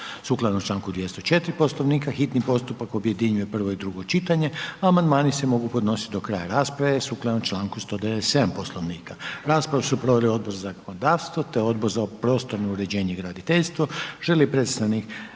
Sukladno članku 204. Poslovnika hitni postupak objedinjuje prvo i drugo čitanje a amandmani se mogu podnositi do kraja rasprave sukladno članku 197. Poslovnika. Raspravu su proveli Odbor za zakonodavstvo te Odbor za prostorno uređenje i graditeljstvo. Želi li predstavnik